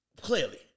Clearly